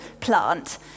plant